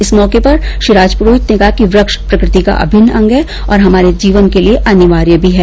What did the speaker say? इस मौके पर श्री राजपुरोहित ने कहा कि वृक्ष प्रकृति का अभिन्न अंग हैं और हमारे जीवन के लिए अनिवार्य भी हैं